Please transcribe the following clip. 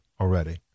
already